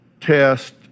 test